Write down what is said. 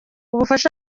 ubufasha